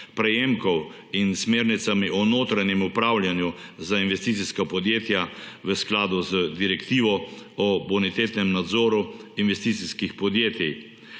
prejemkov in smernicami o notranjem upravljanju za investicijska podjetja v skladu z Direktivo o bonitetnem nadzoru investicijskih podjetij.